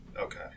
okay